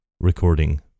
recording